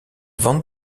vente